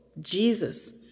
Jesus